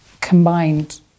combined